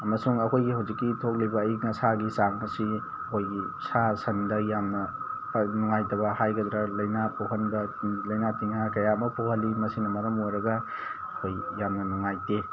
ꯑꯃꯁꯨꯡ ꯑꯩꯈꯣꯏꯒꯤ ꯍꯧꯖꯤꯛꯀꯤ ꯊꯣꯛꯂꯤꯕ ꯑꯏꯪ ꯑꯁꯥꯒꯤ ꯆꯥꯡ ꯑꯁꯤ ꯑꯩꯈꯣꯏꯒꯤ ꯁꯥ ꯁꯟꯗ ꯌꯥꯝꯅ ꯅꯨꯡꯉꯥꯏꯇꯕ ꯍꯥꯏꯒꯗ꯭ꯔꯥ ꯂꯥꯏꯅꯥ ꯄꯣꯛꯍꯟꯕ ꯂꯩꯅꯥ ꯇꯤꯟꯅꯥ ꯀꯌꯥ ꯑꯃ ꯄꯣꯛꯍꯜꯂꯤ ꯃꯁꯤꯅ ꯃꯔꯝ ꯑꯣꯏꯔꯒ ꯑꯩꯈꯣꯏ ꯌꯥꯝꯅ ꯅꯨꯡꯉꯥꯏꯇꯦ